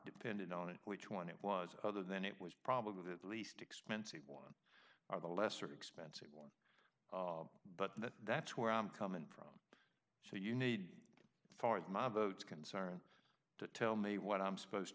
depended on it which one it was other than it was probably the least expensive one or the lesser expense but that that's where i'm coming from so you need to fart my vote's concerned to tell me what i'm supposed